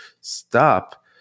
stop